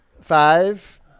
Five